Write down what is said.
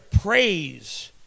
praise